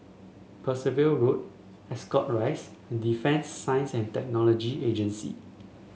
Percival Road Ascot Rise and Defence Science and Technology Agency